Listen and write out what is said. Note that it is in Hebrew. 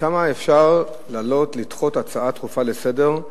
כמה אפשר לדחות הצעה דחופה לסדר-היום,